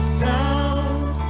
sound